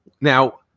Now